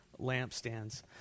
lampstands